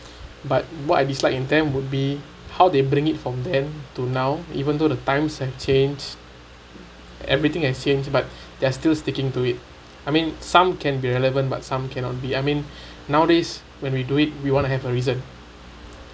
but what I dislike in them would be how they bring it from then to now even though the times has change everything has change but they're still sticking to it I mean some can be relevant but some cannot be I mean nowadays when we do it we want to have a reason